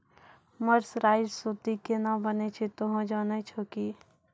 mercerised सूती केना बनै छै तोहों जाने छौ कि